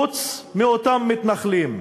חוץ מאותם מתנחלים.